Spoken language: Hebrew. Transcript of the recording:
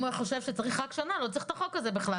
אם הוא היה חושב שצריך רק שנה אז לא צריך את החוק הזה בכלל.